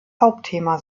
hauptthema